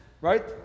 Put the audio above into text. right